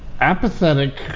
apathetic